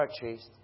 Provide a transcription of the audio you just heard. purchased